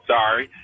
Sorry